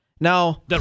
Now